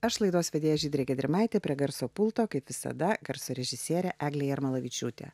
aš laidos vedėja žydrė gedrimaitė prie garso pulto kaip visada garso režisierė eglė jarmalavičiūtė